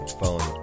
phone